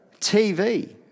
TV